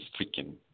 freaking